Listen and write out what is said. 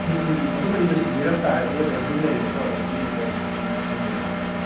ꯎꯝ ꯎꯝ ꯎꯝ ꯑꯗꯨꯝꯃꯗꯤ ꯂꯣꯏꯁꯟꯕꯤꯔꯝꯕ ꯇꯥꯔꯦ ꯑꯗꯨꯒ ꯗꯁꯇꯕꯤꯟ ꯂꯩꯌꯦꯕꯀꯣ ꯗꯁꯇꯕꯤꯟꯗꯨꯗ ꯐꯖꯅ ꯍꯥꯞꯆꯟꯕꯤꯔꯝꯃꯣ ꯑꯗ